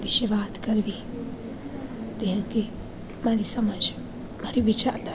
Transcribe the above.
વિશે વાત કરવી તે અંગે મારી સમજ મારી વિચારધારા